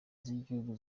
z’igihugu